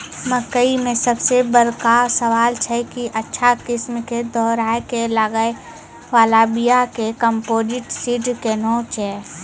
मकई मे सबसे बड़का सवाल छैय कि अच्छा किस्म के दोहराय के लागे वाला बिया या कम्पोजिट सीड कैहनो छैय?